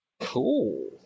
Cool